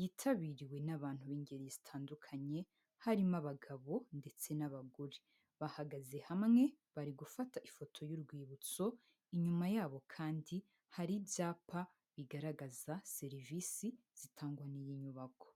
yitabiriwe n'abantu b'ingeri zitandukanye, harimo abagabo ndetse n'abagore. Bahagaze hamwe bari gufata ifoto y'urwibutso, inyuma yabo kandi hari ibyapa bigaragaza serivisi zitangwa n'iyi nyubako.